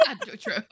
True